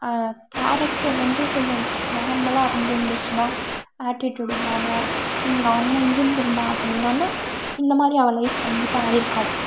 character வந்து கொஞ்சம் நார்மலாக இருந்திருந்திச்சுன்னா ஆட்டிட்யூட் இல்லாமல் கொஞ்சம் நார்மலாக இருந்திருந்தால் அப்படின்னான்னா இந்தமாதிரி அவள் லைஃப் கண்டிப்பாக ஆகிருக்காது